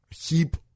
heap